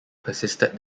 persisted